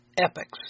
epics